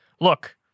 look